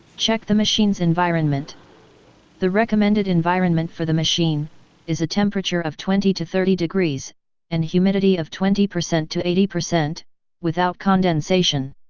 check the machines environment the recommended environment for the machine is a temperature of twenty to thirty degrees and humidity of twenty percent to eighty percent without condensation